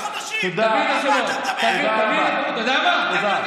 תודה, תודה רבה.